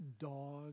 dog